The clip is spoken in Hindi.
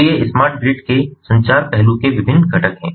तो ये स्मार्ट ग्रिड के संचार पहलू के विभिन्न घटक हैं